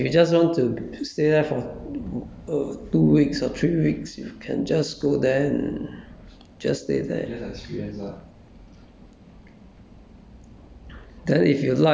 ya but you don't have to become a monk to stay there if you just want to stay there for uh two weeks or three weeks you can just go there and just stay there